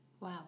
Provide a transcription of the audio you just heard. Wow